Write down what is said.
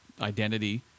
identity